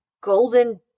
Golden